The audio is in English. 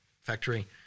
factory